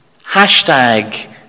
Hashtag